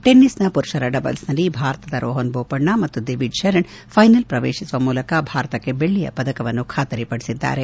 ಟೆನ್ನಿಸ್ನ ಪುರುಷರ ಡಬಲ್ಸ್ನಲ್ಲಿ ಭಾರತದ ರೋಹನ್ ಬೋಪಣ್ಣ ಮತ್ತು ದಿವಿಜ್ ಶರಣ್ ಫೈನಲ್ ಪ್ರವೇಶಿಸುವ ಮೂಲಕ ಭಾರತಕ್ಕೆ ಬೆಳ್ಳಿಯ ಪದಕವನ್ನು ಖಾತರಿಪಡಿಸಿದ್ದಾರೆ